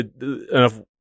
enough